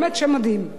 באמת שם מדהים,